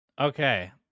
okay